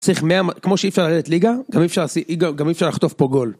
כמו שאי אפשר ללאת ליגה, גם אי אפשר לכתוב פה גול.